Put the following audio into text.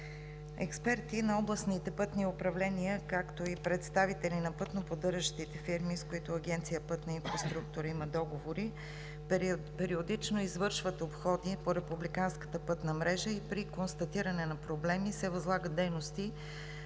експерти на областните пътни управления, както и представители на пътноподдържащите фирми, с които Агенция „Пътна инфраструктура“ има договори, периодично извършват обходи по републиканската пътна мрежа и при констатиране на проблеми се възлагат дейности